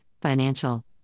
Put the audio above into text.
financial